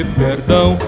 perdão